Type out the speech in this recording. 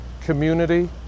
community